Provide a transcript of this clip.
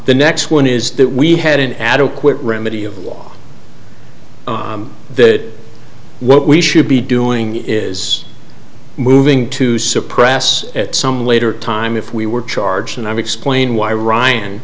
the next one is that we had an adequate remedy of law that what we should be doing is moving to suppress at some later time if we were charged and i explain why ryan